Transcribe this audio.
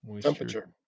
temperature